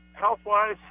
Health-wise